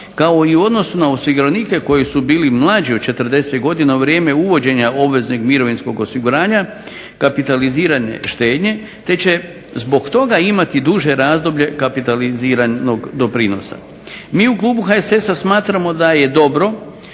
kao i u odnosu na osiguranike koji su bili mlađi od 40 godina u vrijeme uvođenja obveznog mirovinskog osiguranja kapitalizirane štednje, te će zbog toga imati duže razdoblje kapitaliziranog iznosa. Mi u klubu HSS-a smatramo da je dobro